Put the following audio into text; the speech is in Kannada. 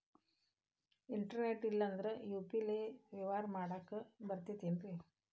ಇಂಟರ್ನೆಟ್ ಇಲ್ಲಂದ್ರ ಯು.ಪಿ.ಐ ಲೇ ವ್ಯವಹಾರ ಮಾಡಾಕ ಬರತೈತೇನ್ರೇ?